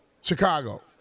Chicago